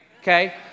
okay